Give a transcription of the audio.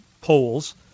polls